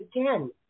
again